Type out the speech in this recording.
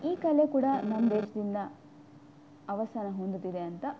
ಈ ಕಲೆ ಕೂಡ ನಮ್ಮ ದೇಶದಿಂದ ಅವಸಾನ ಹೊಂದುತ್ತಿದೆ ಅಂತ